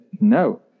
no